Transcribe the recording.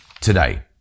today